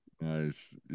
Nice